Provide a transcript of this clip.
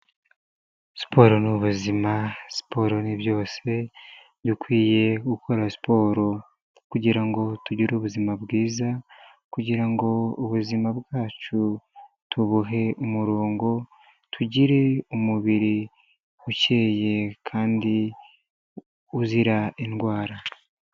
Siporo n'ubu ubuzima, siporo ni byose, dukwiye gukora siporo kugirango ngo tugire ubuzima bwiza, kugira ngo ubuzima bwacu tubuhe umurongo, tugire umubiri ukeye kandi uzira indwara.